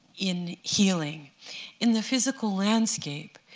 in healing in the physical landscape.